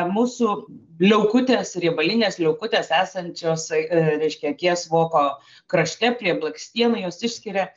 mūsų liaukutės riebalinės liaukutės esančios reiškia akies voko krašte prie blakstienų jos išskiria